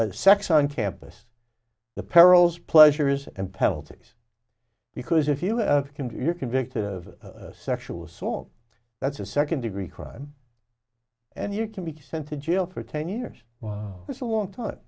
of sex on campus the perils pleasures and penalties because if you can do if you're convicted of sexual assault that's a second degree crime and you can be sent to jail for ten years while that's a long time